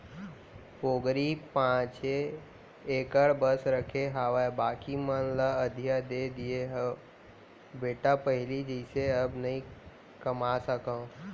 पोगरी पॉंचे एकड़ बस रखे हावव बाकी मन ल अधिया दे दिये हँव बेटा पहिली जइसे अब नइ कमा सकव